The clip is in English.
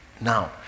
Now